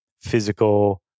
physical